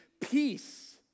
Peace